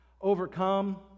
overcome